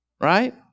Right